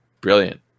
Brilliant